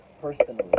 personally